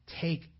take